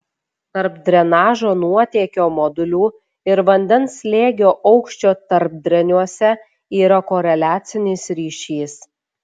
tarp drenažo nuotėkio modulių ir vandens slėgio aukščio tarpdreniuose yra koreliacinis ryšys